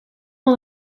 van